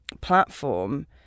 platform